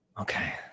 Okay